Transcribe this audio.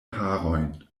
harojn